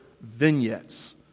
vignettes